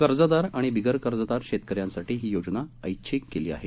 कर्जदार आणि बिगर कर्जदार शैतकऱ्यांसाठी ही योजना ऐच्छिक केली आहे